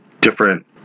different